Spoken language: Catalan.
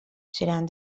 seran